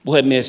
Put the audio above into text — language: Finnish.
puhemies